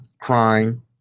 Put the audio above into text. crime